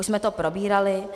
Už jsme to probírali.